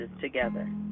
together